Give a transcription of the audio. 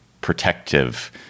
protective